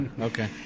Okay